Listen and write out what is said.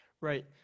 Right